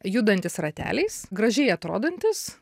judantis rateliais gražiai atrodantis